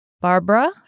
Barbara